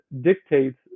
dictates